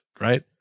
right